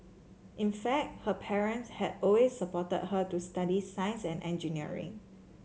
in fact her parents had always supported her to study science and engineering